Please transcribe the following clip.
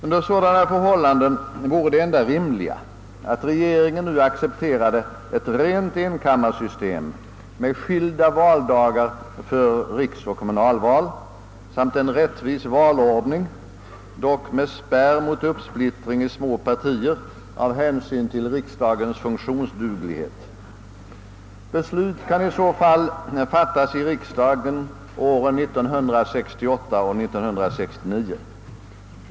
Under sådana förhållanden vore det enda rimliga att regeringen nu accepterade ett rent enkammarsystem med skilda valdagar för riksoch kommunalval samt en rättvis valordning, dock av hänsyn till riksdagens funktionsduglighet med spärr mot uppsplittring i småpartier. Beslut kan i så fall fattas i riksdagen åren 1968 och 1969.